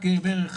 רק בערך